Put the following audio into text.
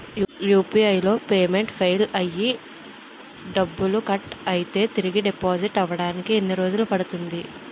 UPI లో payment fail అయ్యి డబ్బులు కట్ అయితే తిరిగి డిపాజిట్ అవ్వడానికి ఎన్ని రోజులు పడుతుంది?